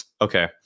okay